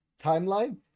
timeline